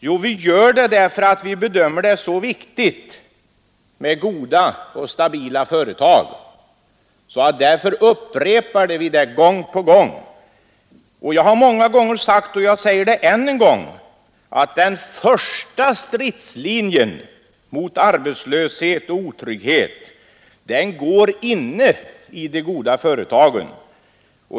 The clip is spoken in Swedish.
Jo, därför att vi bedömer det så viktigt med goda och stabila företag att vi upprepar det gång på gång. Jag har många gånger sagt, och jag säger det än en gång, att den första stridslinjen mot arbetslöshet och otrygghet går inne i de goda företagen.